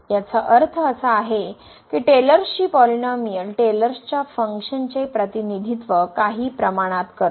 याचा अर्थ असा आहे की टेलर्सची पॉलिनोमिअल टेलर्सच्या फंक्शन चे प्रतिनिधित्व काही प्रमाणात करते